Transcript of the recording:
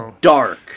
dark